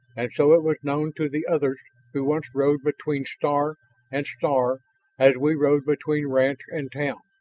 and so it was known to the others who once rode between star and star as we rode between ranch and town.